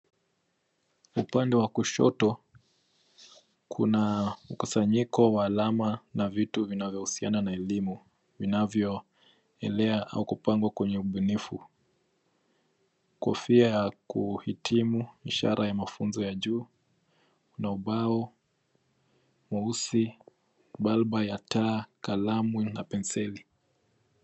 Upande wa kushoto kuna mkusanyiko wa alama na vitu vinavyohusiana na elimu vinavyoelea au kupangwa kwenye ubunifu. Kofia ya kuhitimu ishara ya mafunzo ya juu na ubao mweusi , balbu ya taa, kalamu na penseli.